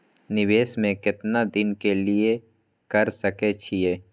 निवेश में केतना दिन के लिए कर सके छीय?